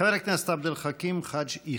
חבר הכנסת עבד אל חכים חאג' יחיא.